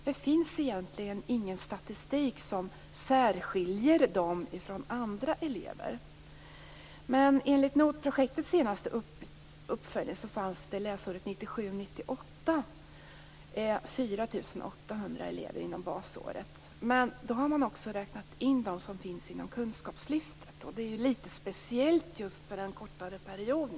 Det finns egentligen ingen statistik som särskiljer de eleverna från andra elever. Enligt NOT-projektets senaste uppföljning fanns det 4 800 elever läsåret 1997/98 inom basåret. Men då har man också räknat in dem som finns inom kunskapslyftet. Det är ju lite speciellt, för en kortare period.